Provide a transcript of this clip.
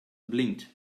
blinked